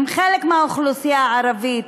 הם חלק מהאוכלוסייה הערבית,